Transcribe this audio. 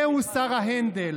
זהו שר ההנדל.